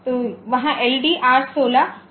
तो वहाँ LD R16 Z है